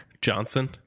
Johnson